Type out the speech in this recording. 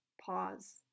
pause